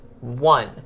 one